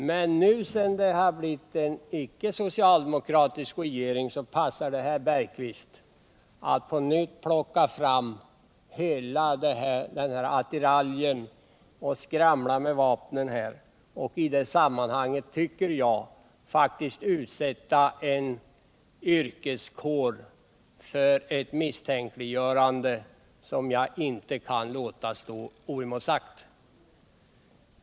Men nu, sedan det blivit en ickesocialdemokratisk regering, passar det herr Bergqvist att på nytt plocka fram hela den här attiraljen och skramla med vapnen och i detta sammanhang, tycker jag faktiskt, utsätta en yrkeskår för ett misstänkliggörande som jag inte kan låta stå oemotsagt.